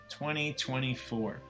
2024